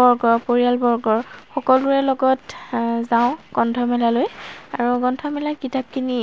বৰ্গৰ পৰিয়ালবৰ্গৰ সকলোৰে লগত যাওঁ গ্ৰন্থমেলালৈ আৰু গ্ৰন্থমেলাৰ কিতাপ কিনি